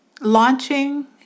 launching